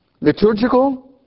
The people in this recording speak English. liturgical